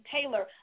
Taylor